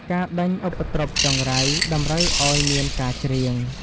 ការដេញឧបទ្រពចង្រៃ តម្រូវឱ្យមានការច្រៀង។